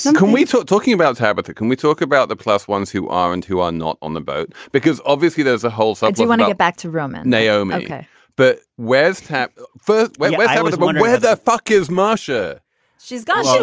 so can we talk. talking about tabitha. can we talk about the plus ones who are and who are not on the boat because obviously there's a hole so you want to get back to rome. and naomi ok but whereas tap first. when i was born where the fuck is marsha she's gone. so